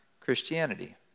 Christianity